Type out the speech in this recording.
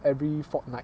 every fortnight